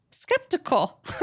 skeptical